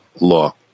law